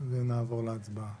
ונעבור להצבעה.